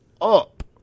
up